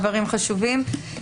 דברים חשובים.